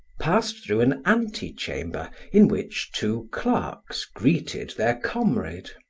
passed through an antechamber in which two clerks greeted their comrade,